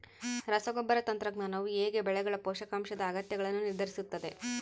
ರಸಗೊಬ್ಬರ ತಂತ್ರಜ್ಞಾನವು ಹೇಗೆ ಬೆಳೆಗಳ ಪೋಷಕಾಂಶದ ಅಗತ್ಯಗಳನ್ನು ನಿರ್ಧರಿಸುತ್ತದೆ?